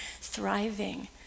thriving